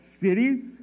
cities